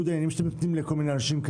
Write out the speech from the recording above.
ניגוד העניינים שאתם נותנים לכל מיני אנשים.